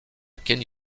kenny